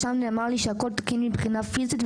שם נאמר לי שהכול תקין מבחינה פיזית,